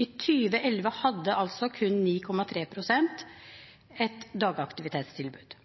I 2011 hadde kun 9,3 pst. av disse et dagaktivitetstilbud.